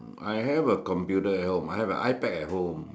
I have a computer at home I have a iPad at home